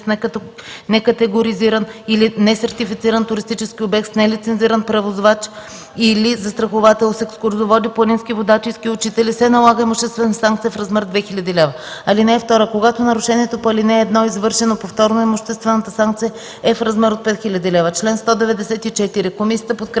в некатегоризиран или несертифициран туристически обект, с нелицензиран превозвач или застраховател, с екскурзоводи, планински водачи и ски учители, се налага имуществена санкция в размер 2000 лв. (2) Когато нарушението по ал. 1 е извършено повторно, имуществената санкция е в размер от 5000 лв.” Комисията подкрепя